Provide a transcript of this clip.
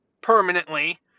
permanently